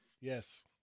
yes